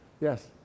Yes